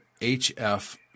HF